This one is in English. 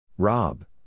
Rob